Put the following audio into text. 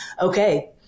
okay